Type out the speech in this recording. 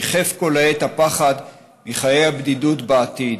ריחף כל העת הפחד מחיי הבדידות בעתיד,